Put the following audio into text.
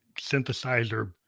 synthesizer